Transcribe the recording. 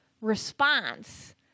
response